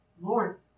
Lord